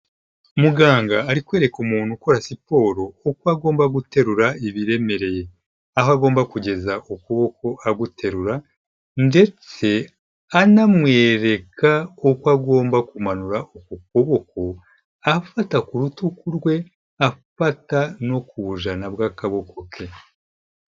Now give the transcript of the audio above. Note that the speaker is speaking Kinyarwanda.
Muganga ari kwereka umuntu ukora siporo uko agomba guterura ibiremereye, aho agomba kugeza ku kuboko aguterura ndetse anamwereka uko agomba kumanura uku kuboko, afata ku rutugu rwe afata no ku bujana bw'akaboko ke.